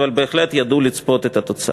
אבל בהחלט ידעו לצפות את התוצאה.